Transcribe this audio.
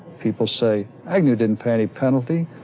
people say, agnew didn't pay any penalty,